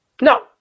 no